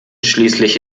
schließlich